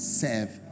serve